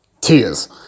Tears